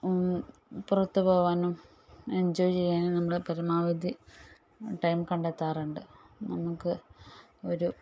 പുറത്ത് പോകാനും എന്ജോയ് ചെയ്യാനും നമ്മള് പരമാവധി ടൈം കണ്ടെത്താറുണ്ട് നമുക്ക് ഒരു